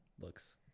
Looks